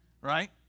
Right